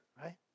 right